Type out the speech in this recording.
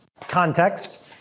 context